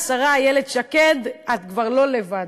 שנקרא, השרה איילת שקד, את כבר לא לבד.